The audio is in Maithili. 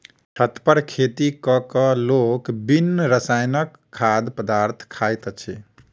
छत पर खेती क क लोक बिन रसायनक खाद्य पदार्थ खाइत अछि